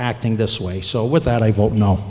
acting this way so with that i don't know